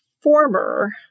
former